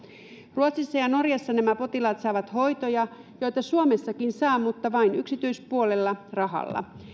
ruotsissa ja ja norjassa nämä potilaat saavat hoitoja joita suomessakin saa mutta vain yksityispuolella rahalla